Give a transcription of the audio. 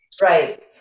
Right